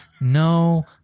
No